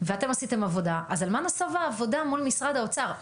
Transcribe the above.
ואתם עשיתם עבודה אז על מה נסובה העבודה מול משרד האוצר?